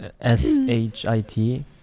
S-H-I-T